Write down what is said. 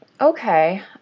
okay